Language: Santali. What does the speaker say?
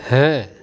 ᱦᱮᱸ